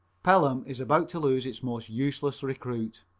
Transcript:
pelham is about to lose its most useless recruit.